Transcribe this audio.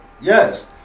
Yes